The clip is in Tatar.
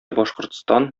башкортстан